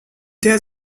der